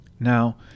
Now